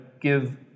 give